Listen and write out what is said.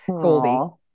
Goldie